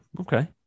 Okay